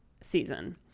season